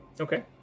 Okay